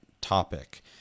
topic